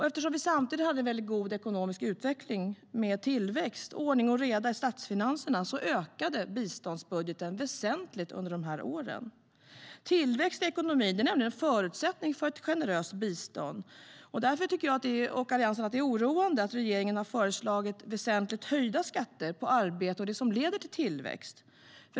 Eftersom vi samtidigt hade en väldigt god ekonomisk utveckling med tillväxt och ordning och reda i statsfinanserna ökade biståndsbudgeten väsentligt under de här åren. Tillväxt i ekonomin är nämligen en förutsättning för ett generöst bistånd. Därför tycker jag och Alliansen att det är oroande att regeringen har föreslagit väsentligt höjda skatter på arbete och det som leder till tillväxt.